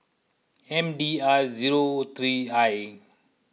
M D R zero three I